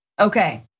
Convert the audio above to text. Okay